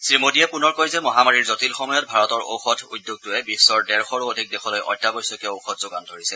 শ্ৰীমোদীয়ে পুনৰ কয় যে মহামাৰীৰ জটিল সময়ত ভাৰতৰ ঔষধ উদ্যোগটোৱে বিশ্বৰ ডেৰশৰো অধিক দেশলৈ অত্যাৱশ্যকীয় ঔষধ যোগান ধৰিছে